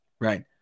Right